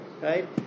right